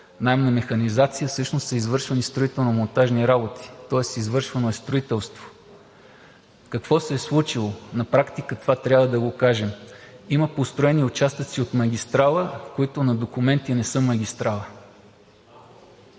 наем на механизация всъщност са извършвани строително-монтажни работи, тоест извършвано е строителство. Какво се е случило? На практика това – трябва да го кажем: има построени участъци от магистрала, които на документи не са магистрала.